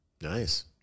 Nice